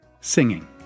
singing